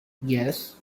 yes